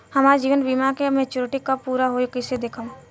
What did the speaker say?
हमार जीवन बीमा के मेचीयोरिटी कब पूरा होई कईसे देखम्?